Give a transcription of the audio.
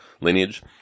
lineage